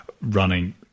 running